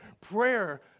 Prayer